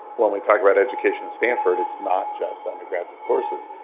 when we talk about education at stanford, it's not just undergraduate courses.